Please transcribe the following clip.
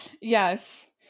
Yes